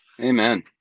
Amen